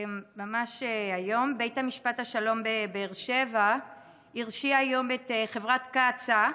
ממש היום בית משפט השלום בבאר שבע הרשיע את חברת קצא"א,